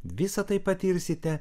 visa tai patirsite